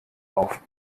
auf